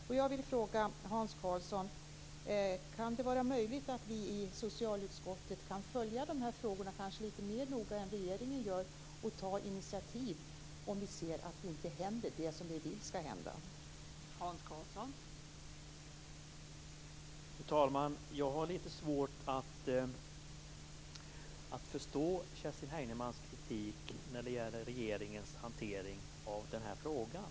Kan det vara möjligt att vi i socialutskottet kan följa frågorna mer noga än vad regeringen gör och ta initiativ om det vi vill skall hända inte händer, Hans